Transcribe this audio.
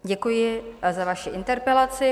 Děkuji za vaši interpelaci.